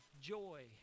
joy